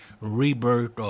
rebirth